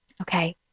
Okay